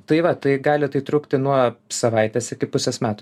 tai va tai gali tai trukti nuo savaitės iki pusės metų